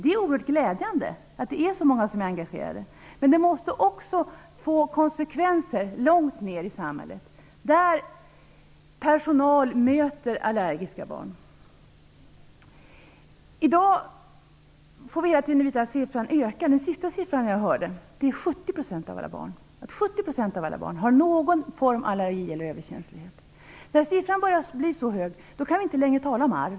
Det är oerhört glädjande att så många är engagerade, men det måste få konsekvenser långt ner i samhället där personal möter allergiska barn. I dag vet vi att siffran hela tiden ökar. Den senaste siffran jag hörde gällde att 70 % av alla barn har någon form av allergi eller överkänslighet. När siffran börjar bli så stor kan vi inte längre tala om arv.